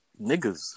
niggers